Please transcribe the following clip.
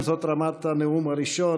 אם זאת רמת הנאום הראשון,